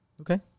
Okay